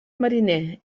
mariner